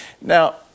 Now